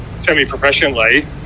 semi-professionally